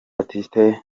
baptiste